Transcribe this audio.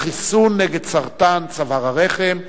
בנושא: חיסון נגד סרטן צוואר הרחם.